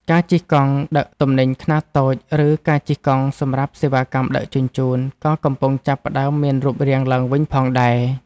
ការជិះកង់ដឹកទំនិញខ្នាតតូច ឬការជិះកង់សម្រាប់សេវាកម្មដឹកជញ្ជូន ក៏កំពុងចាប់ផ្ដើមមានរូបរាងឡើងវិញផងដែរ។